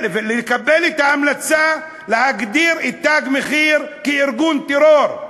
את ההמלצה להגדיר את "תג מחיר" כארגון טרור,